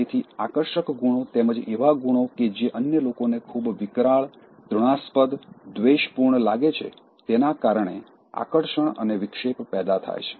તેથી આકર્ષક ગુણો તેમજ એવા ગુણો કે જે અન્ય લોકોને ખૂબ વિકરાળ ઘૃણાસ્પદ દ્વેષપૂર્ણ લાગે છે તેના કારણે આકર્ષણ અને વિક્ષેપ પેદા થાય છે